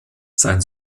sein